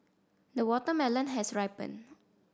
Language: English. the watermelon has ripened